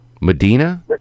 Medina